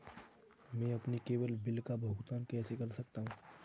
मैं अपने केवल बिल का भुगतान कैसे कर सकता हूँ?